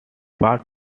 parts